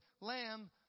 lamb